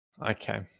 Okay